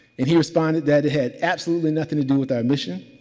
and he responded that it had absolutely nothing to do with our mission.